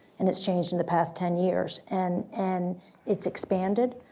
and it's changed in the past ten years and and it's expanded.